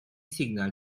signal